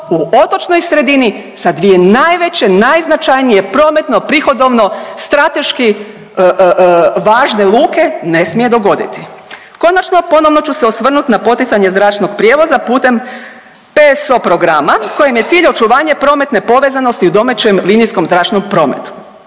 u otočnoj sredini sa dvije najveće, najznačajnije prometno prihodovno, strateški važne luke ne smije dogoditi. Konačno ponovno ću se osvrnut na poticanje zračnog prijevoza putem PSO programa kojem je cilj očuvanje prometne povezanosti u domaćem linijskom zračnom prometu.